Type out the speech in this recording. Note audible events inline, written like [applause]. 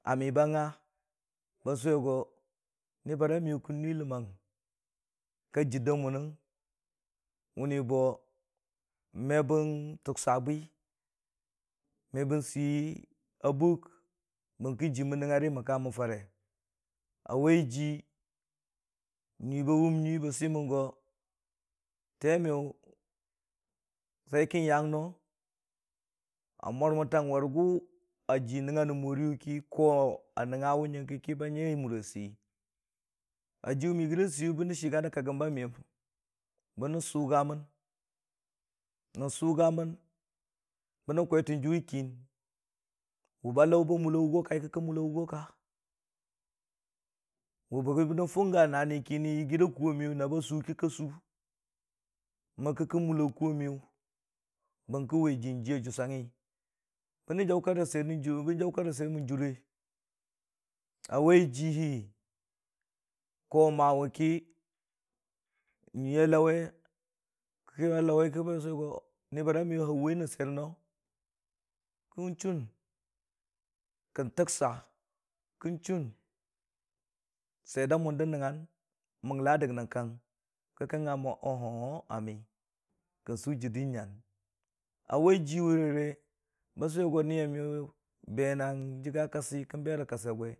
Ami ba nga ba sʊwe go ni bara miyʊ kən nui ləmmang ka jir da mʊnnən mənni bo mu bən tʊsa bwi, me bən sɨ a bʊk bərkiji mən nəngnga rə mən ka mən fare a wai ji nui ba wʊm nyui ba sʊmən go te miyʊ [unintelligible] kən yang no a mʊrməntang wurigʊ a ji məngnga rə moriyʊ, koo a nəgga we nyəng kə ba nyai a mʊriya sei, ajiwʊ mən yɨgiira seiyʊ bə nən chiga nən kagəm ba miyəm, bə nən sʊga mən, nən sʊga mən, bə nən kwai tən jʊwe kin, wʊ ba laʊ ba mʊlla wʊgaka ki, kamʊlla wʊga ka. Wʊ bə nən fʊgga naani kinni yigiira kʊ wa miyʊ na ba sʊ ki, ka sʊ me kə kən mʊlla kʊwa miyʊ, bən kə wai ji n'ji a jʊsangngi bən jar kak rə swiyer mən jʊre, a wai ji koo mawe ki, nyʊii a laʊwi, kə a lauwe ki ba sʊwe go, nibara miyʊ aʊwi nən swiyer no kən chuun kən tɨksa, kən chuun swiyer da mʊn dən nəngngan. Məla a dəg nən kang kə kən ma mo oh ho wo ami kən sʊ jirdə nyan, a ji wʊrere ba sʊwe go niya miyʊ be na jəgga kasi kən be rə kasi a gwe.